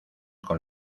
con